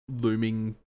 looming